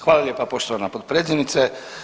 Hvala lijepa poštovana potpredsjednice.